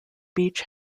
beach